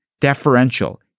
deferential